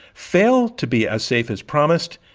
fail to be as safe as promised?